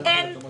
אני אראה